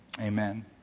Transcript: amen